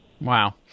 Wow